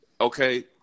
okay